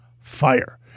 fire